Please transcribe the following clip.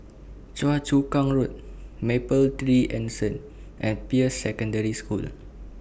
Choa Chu Kang Road Mapletree Anson and Peirce Secondary School